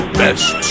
best